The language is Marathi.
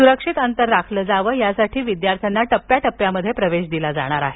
सुरक्षित अंतर राखलं जावं यासाठी विद्यार्थ्यांना टप्या टप्यात प्रवेश दिला जाणार आहे